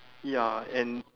ya and